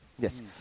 Yes